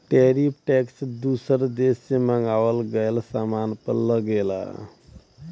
tariff tax दूसर देश से मंगावल गयल सामान पर लगला